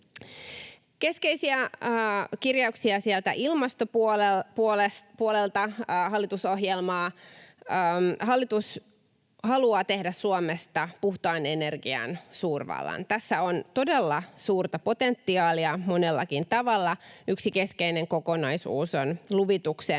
Keskeisiä kirjauksia ilmastopuolelta hallitusohjelmaa: Hallitus haluaa tehdä Suomesta puhtaan energian suurvallan. Tässä on todella suurta potentiaalia monellakin tavalla. Yksi keskeinen kokonaisuus on luvituksen